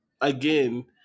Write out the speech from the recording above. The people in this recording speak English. again